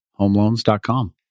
homeloans.com